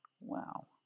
Wow